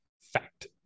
fact